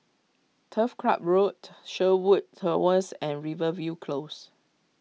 Turf Club Road Sherwood Towers and Rivervale Close